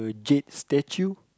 jade statue